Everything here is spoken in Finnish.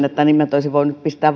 että nimet olisi voinut pistää